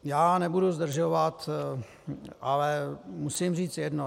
Já nebudu zdržovat, ale musím říct jedno.